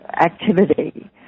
activity